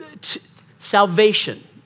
Salvation